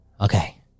Okay